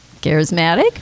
Charismatic